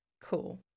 Cool